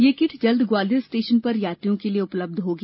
यह किट जल्द ग्वालियर स्टेशन पर यात्रियों के लिए उपलब्ध होगी